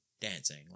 dancing